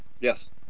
Yes